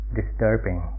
disturbing